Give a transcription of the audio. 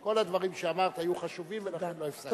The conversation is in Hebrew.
כל הדברים שאמרת היו חשובים ולכן לא הפסקתי אותך.